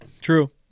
true